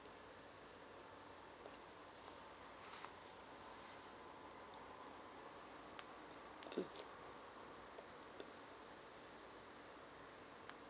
mm